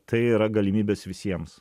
tai yra galimybės visiems